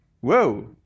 whoa